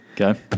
Okay